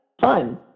Fine